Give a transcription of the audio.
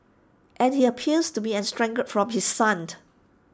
and he appears to be estranged from his son